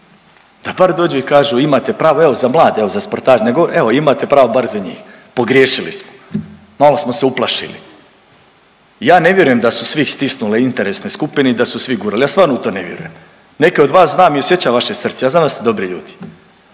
Da bar dođu i kažu imate pravo, evo za mlade, evo za sportaše, evo imate pravo bar za njih, pogriješili smo, malo smo se uplašili. Ja ne vjerujem da su svih stisnule interesne skupine i da su svi gurali. Ja stvarno u to ne vjerujem. Neke od vas znam i osjećam vaše srce, ja znam da ste dobri ljudi.